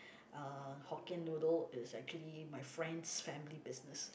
uh Hokkien noodle is actually my friend's family business